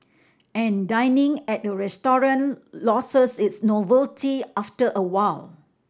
and dining at a restaurant loses its novelty after a while